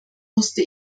musste